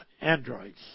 androids